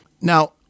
Now